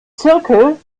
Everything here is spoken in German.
zirkel